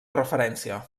referència